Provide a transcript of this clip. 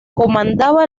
comandaba